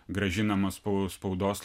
grąžinama spau spaudos